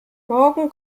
morgen